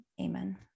amen